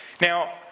Now